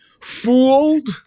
fooled